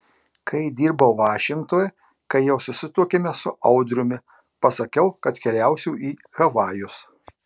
kai dirbau vašingtone kai jau susituokėme su audriumi pasakiau kad keliausiu į havajus